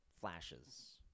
Flashes